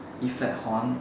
e flat horn